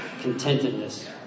contentedness